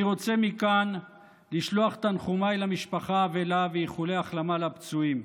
אני רוצה מכאן לשלוח את תנחומיי למשפחה ואיחולי החלמה לפצועים.